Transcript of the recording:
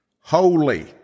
holy